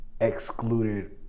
excluded